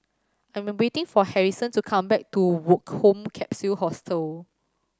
I'm waiting for Harrison to come back to Woke Home Capsule Hostel